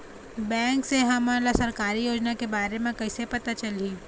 Bank से हमन ला सरकारी योजना के बारे मे कैसे पता चलही?